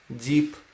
deep